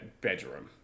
bedroom